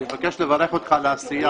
אני מבקש לברך אותך על העשייה,